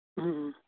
ᱦᱮᱸ